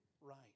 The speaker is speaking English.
right